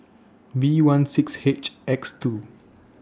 V one six H X two